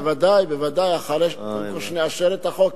בוודאי, בוודאי, אחרי שנאשר את החוק.